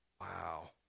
Wow